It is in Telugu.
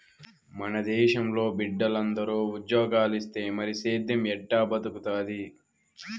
మన దేశంలో బిడ్డలందరూ ఉజ్జోగాలిస్తే మరి సేద్దెం ఎట్టా బతుకుతాది